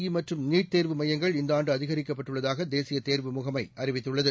இ மற்றும் நீட் தேர்வு மையங்கள் இந்த ஆண்டு அதிகரிக்கப்பட்டள்ளதாக தேசிய தேர்வு முகமை அறிவித்துள்ளது